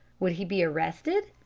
would he be arrested?